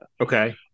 Okay